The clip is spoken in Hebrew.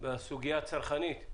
נגענו בסוגיה הצרכנית,